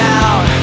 out